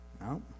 No